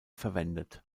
verwendet